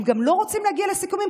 הם גם לא רוצים להגיע לסיכומים.